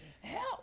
Help